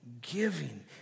giving